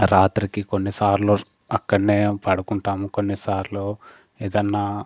రాత్రికి కొన్ని సార్లు అక్కడ్నే పడుకుంటాము కొన్నిసార్లు ఏదన్నా